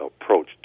approach